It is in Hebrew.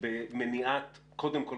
קודם כל,